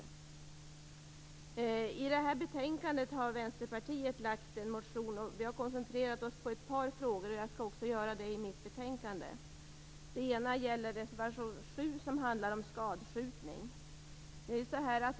Till det här betänkandet har Vänsterpartiet en motion. Vi har koncentrerat oss på ett par frågor, och jag skall också göra det i mitt anförande. Den ena frågan gäller reservation 7 som handlar om skadskjutning.